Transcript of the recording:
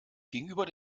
gegenüber